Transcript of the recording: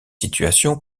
situation